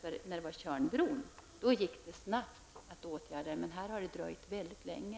Skadorna på Tjörnbron gick snabbt att åtgärda, men här har det dröjt mycket länge.